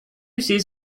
says